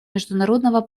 международного